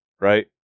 right